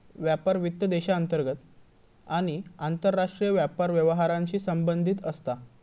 व्यापार वित्त देशांतर्गत आणि आंतरराष्ट्रीय व्यापार व्यवहारांशी संबंधित असता